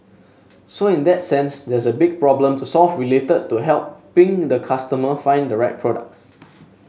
so in that sense there's a big problem to solve related to helping the customer find the right products